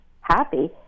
happy